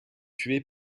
tué